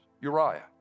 Uriah